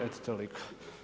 Eto toliko.